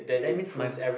that means my